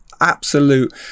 absolute